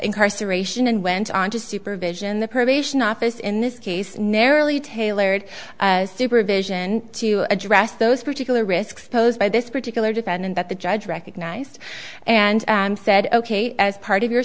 incarceration and went on to supervision the probation office in this case narrowly tailored supervision to address those particular risks posed by this particular defendant that the judge recognize and i said ok as part of your